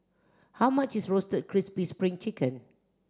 how much is Roasted Crispy Spring Chicken